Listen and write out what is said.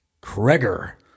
Kreger